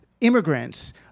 immigrants